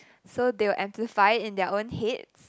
so they will amplify it in their own heads